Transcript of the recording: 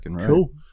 cool